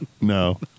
No